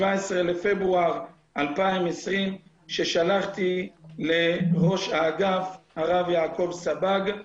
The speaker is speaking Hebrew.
17 בפברואר 2020, ששלחתי לראש האגף, הרב יעקב סבג.